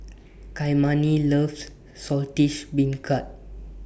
Kymani loves Saltish Beancurd